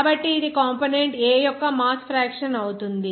కాబట్టి ఇది component A యొక్క మాస్ ఫ్రాక్షన్ అవుతుంది